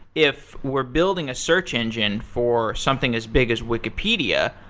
if we're building a search engine for something as big as wikipedia,